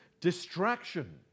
distraction